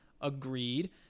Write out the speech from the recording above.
Agreed